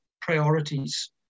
priorities